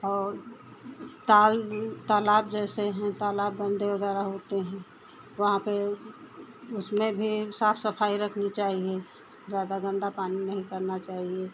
और ताल तालाब जैसे हैं तालाब गन्दे वग़ैरह होते हैं वहाँ पर उसमें भी साफ़ सफ़ाई रखनी चाहिए ज़्यादा गन्दा पानी नहीं करना चाहिए